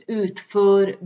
utför